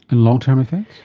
and long-term effects?